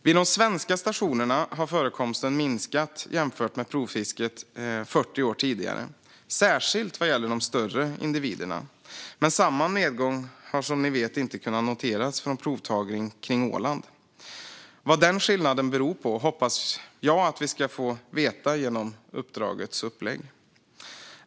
Vid de svenska stationerna har förekomsten minskat jämfört med vid provfisket 40 år tidigare, särskilt vad gäller de större individerna. Men samma nedgång har som ni vet inte kunnat noteras vid provtagning kring Åland. Vad denna skillnad beror på hoppas jag att vi ska få veta genom uppdragets upplägg.